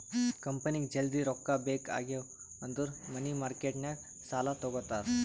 ಕಂಪನಿಗ್ ಜಲ್ದಿ ರೊಕ್ಕಾ ಬೇಕ್ ಆಗಿವ್ ಅಂದುರ್ ಮನಿ ಮಾರ್ಕೆಟ್ ನಾಗ್ ಸಾಲಾ ತಗೋತಾರ್